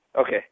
Okay